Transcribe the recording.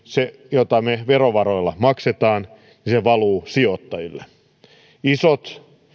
jota me verovaroilla maksamme valuu sijoittajille isot